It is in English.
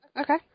Okay